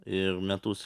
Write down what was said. ir metus